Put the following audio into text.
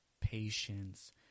patience